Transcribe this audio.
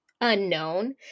unknown